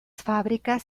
fábricas